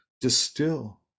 distill